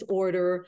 order